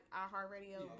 iHeartRadio